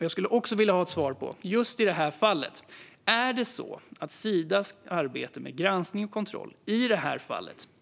Jag skulle också vilja ha svar gällande Sidas arbete med granskning och kontroll i just det här fallet.